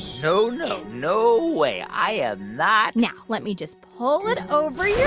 no, no. no way. i am not. now let me just pull it over yeah